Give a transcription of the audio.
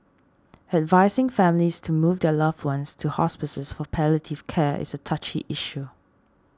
advising families to move their loved ones to hospices for palliative care is a touchy issue